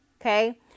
okay